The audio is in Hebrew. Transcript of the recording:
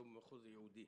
לא במחוז ייעודי.